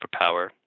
superpower